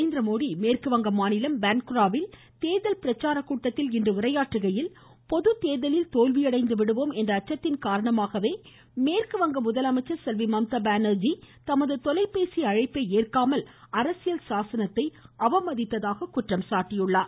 நரேந்திரமோதி மேற்குவங்க மாநிலம் பான்குராவில் இன்று தேர்தல் பிரச்சாரக்கூட்டத்தில் உரையாற்றுகையில் பொதுத்தேர்தலில் தோல்வியடைந்துவிடுவோம் என்ற அச்சத்தின் காரணமாகவே மேற்குவங்க முதலமைச்சர் செல்வி மம்தா பானர்ஜி தமது தொலைபேசி அழைப்பை ஏற்காமல் அரசியல் சாசனத்தை அவமதித்ததாக குற்றம் சாட்டினார்